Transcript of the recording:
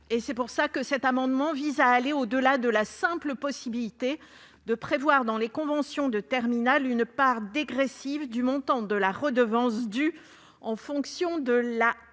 les pratiques. Cet amendement vise à aller au-delà de la simple possibilité de prévoir, dans les conventions de terminal, une part dégressive du montant de la redevance due en fonction de la